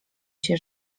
się